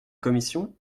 commission